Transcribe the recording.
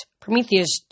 Prometheus